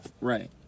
Right